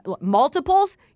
multiples